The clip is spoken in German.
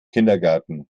kindergarten